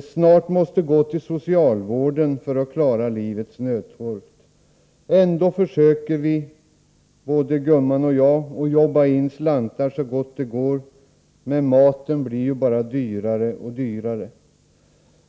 snart måste gå till socialvården för att klara livets nödtorft? Ändå försöker vi, både gumman och jag, att jobba in slantar så gott det går — men maten blir ju bara dyrare och dyrare!